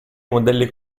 modelli